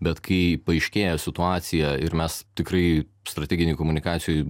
bet kai paaiškėja situacija ir mes tikrai strateginių komunikacijų